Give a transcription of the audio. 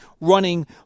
running